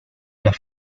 las